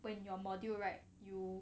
when your module right you